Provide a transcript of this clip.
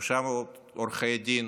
ובראשן עורכי הדין,